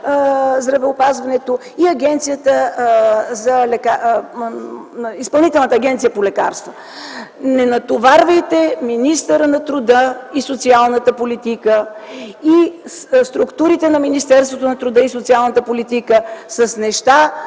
и Изпълнителната агенция по лекарствата. Не натоварвайте министъра на труда и социалната политика и структурите на Министерството на труда и социалната политика с неща,